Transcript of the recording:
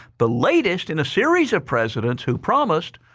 the latest in a series of presidents who promised,